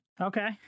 Okay